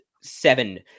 seven